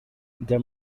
there